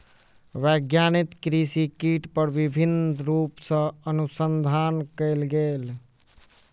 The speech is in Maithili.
वैज्ञानिक कृषि कीट पर विभिन्न रूप सॅ अनुसंधान कयलक